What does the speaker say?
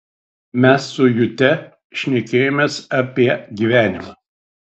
mes su jute šnekėjomės apie gyvenimą